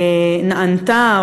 נענתה,